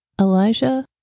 Elijah